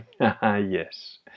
yes